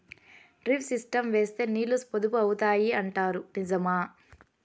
Drip system వేస్తే నీళ్లు పొదుపు అవుతాయి అంటారు నిజమా?